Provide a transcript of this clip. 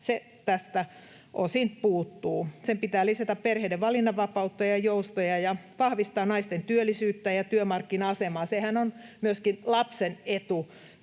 Se tästä osin puuttuu. Sen pitää lisätä perheiden valinnanvapautta ja joustoja ja vahvistaa naisten työllisyyttä ja työmarkkina-asemaa. Sehän on myöskin lapsen etu,